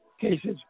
cases